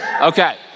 Okay